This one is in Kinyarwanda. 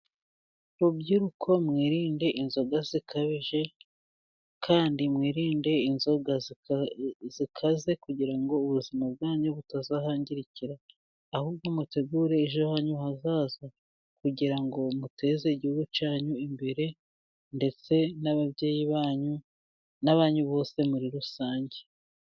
Rubyiruko mwirinde inzoga zikabije, kandi mwirinde inzoga zikaze kugira ngo ubuzima bwanyu butazahangirikira. Ahubwo mutegure ejo hanyu hazaza, kugira ngo muteze Igihugu cyanyu imbere ndetse n'ababyeyi banyu n'abanyu bose muri rusange.